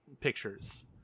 pictures